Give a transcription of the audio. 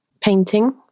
painting